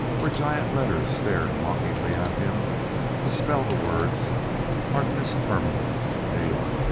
where giant letters stared mockingly at him to spell the words harkness terminals, new york.